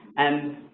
and,